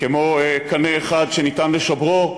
כמו קנה אחד שניתן לשברו,